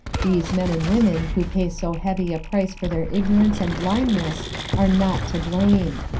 these men and women who pay so heavy a price for their ignorance and blindness are not to blame.